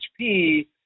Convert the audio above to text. HP